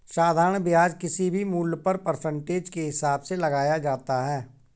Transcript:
साधारण ब्याज किसी भी मूल्य पर परसेंटेज के हिसाब से लगाया जाता है